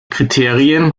kriterien